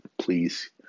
Please